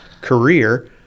career